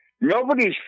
nobody's